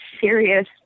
serious